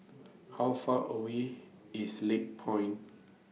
How Far away IS Lakepoint